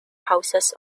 houses